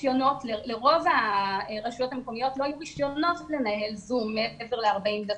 לרוב הרשויות המקומיות לא היו רישיונות לנהל זום מעבר ל-40 דקות.